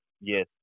Yes